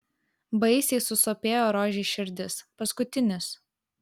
baisiai susopėjo rožei širdis paskutinis